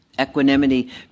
Equanimity